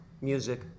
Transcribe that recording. music